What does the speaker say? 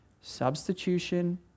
substitution